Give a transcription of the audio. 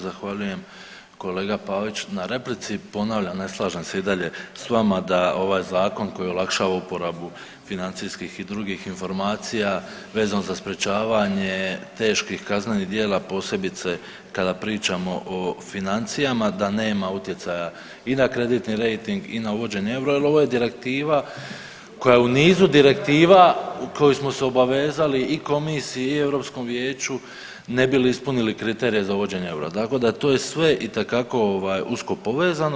Zahvaljujem kolega Pavić na replici, ponavljam ne slažem se i dalje s vama da ovaj zakon koji olakšava uporabu financijskih i drugih informacija vezano za sprječavanje teških kaznenih djela, posebice kada pričamo o financijama da nema utjecaja i na kreditni rejting i na uvođenje eura jel ovo je direktiva koja u nizu direktiva u kojoj smo se obavezali i komisiji i Europskom vijeću ne bi li ispunili kriterije za uvođenje eura, tako da to je sve itekako ovaj usko povezano.